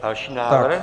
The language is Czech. Další návrh.